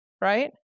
right